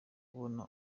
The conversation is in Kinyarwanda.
kubona